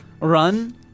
run